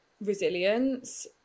resilience